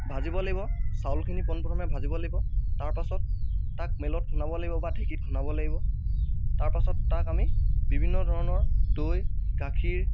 ভাজিব লাগিব চাউলখিনি পোন প্ৰথমে ভাজিব লাগিব তাৰ পাছত তাক মিলত খুন্দাব লাগিব বা ঢেঁকীত খুন্দাব লাগিব তাৰ পাছত তাক আমি বিভিন্ন ধৰণৰ দৈ গাখীৰ